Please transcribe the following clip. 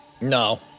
No